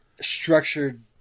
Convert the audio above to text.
structured